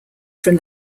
from